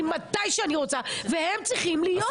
מתי שאני רוצה והם צריכים להיות כאן.